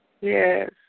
Yes